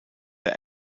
der